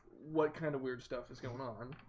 what kind of weird stuff is going on